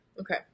Okay